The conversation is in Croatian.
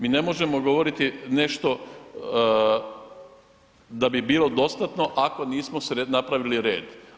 Mi ne možemo govoriti nešto da bi bilo dostatno, ako nismo napravili red.